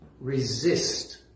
resist